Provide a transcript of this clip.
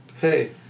Hey